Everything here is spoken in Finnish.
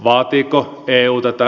vaatiiko eu tätä